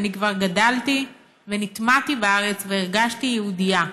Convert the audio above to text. אני כבר גדלתי ונטמעתי בארץ והרגשתי יהודייה,